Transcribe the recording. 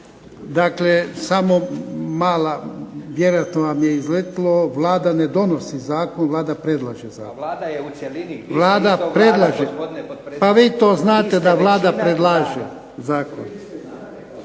Dakle samo mala, vjerojatno vam je izletilo. Vlada ne donosi zakon, Vlada predlaže zakon. … /Upadica se ne razumije./… Pa vi to znate da Vlada predlaže zakon.